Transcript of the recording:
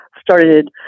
started